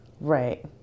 Right